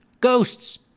Ghosts